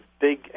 big